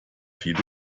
viele